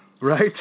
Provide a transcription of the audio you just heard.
Right